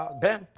ah ben.